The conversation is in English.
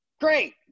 Great